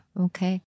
Okay